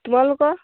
তোমালোকৰ